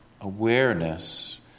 Awareness